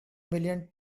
million